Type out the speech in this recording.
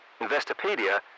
Investopedia